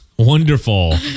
Wonderful